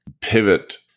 pivot